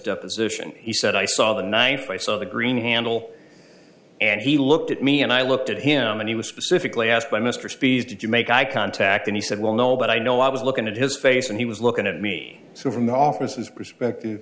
deposition he said i saw the ninth i saw the green handle and he looked at me and i looked at him and he was specifically asked by mr speed did you make eye contact and he said well no but i know i was looking at his face and he was looking at me so from the office